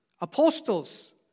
apostles